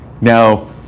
Now